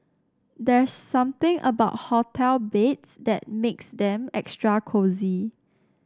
there's something about hotel beds that makes them extra cosy